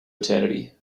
eternity